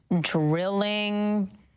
drilling